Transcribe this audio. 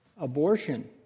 Abortion